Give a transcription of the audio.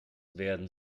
werden